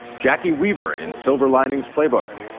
jacki weaver in silver linings playbook,